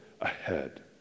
ahead